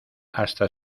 hasta